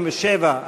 37,